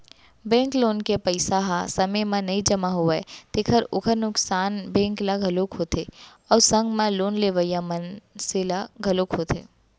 bank loan के पइसा ह समे म नइ जमा होवय तेखर ओखर नुकसान बेंक ल घलोक होथे अउ संग म लोन लेवइया मनसे ल घलोक होथे